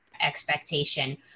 expectation